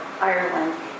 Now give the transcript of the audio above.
Ireland